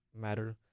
matter